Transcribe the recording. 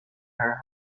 her